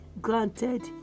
granted